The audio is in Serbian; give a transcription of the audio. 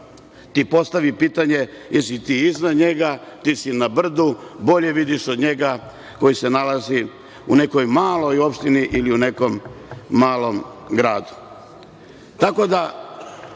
ti postavi pitanje jer si ti iznad njega, ti si na brdu, bolje vidiš od njega koji se nalazi u nekoj maloj opštini ili u nekom malom gradu. Tako